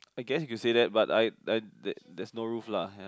I guess you can say that but I I there there's no roof lah ya